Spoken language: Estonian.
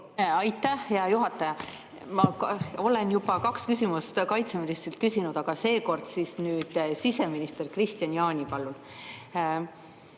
Aitäh, hea juhataja! Ma olen juba kaks küsimust kaitseministrilt küsinud, seekord siis küsin siseminister Kristian Jaanilt.